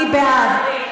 מי בעד?